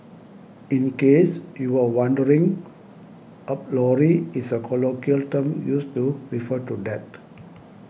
in case you were wondering Up lorry is a colloquial term used to refer to death